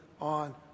on